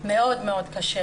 מאוד קשה.